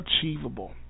achievable